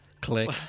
Click